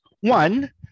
one